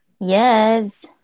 Yes